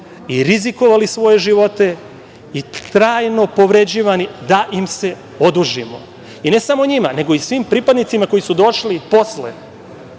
i rizikovali svoje živote i trajno povređivani da im se odužimo i ne samo njima, nego i svim pripadnicima koji su došli posle